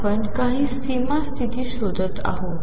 आपण काही सीमा स्तिथी शोधत आहोत